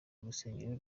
urusengero